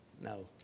no